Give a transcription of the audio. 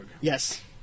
Yes